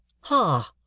Ha